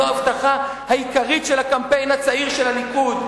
זאת ההבטחה העיקרית של הקמפיין הצעיר של הליכוד.